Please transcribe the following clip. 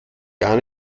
gar